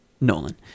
Nolan